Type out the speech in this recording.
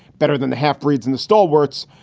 better than the half breeds and the stallworth's.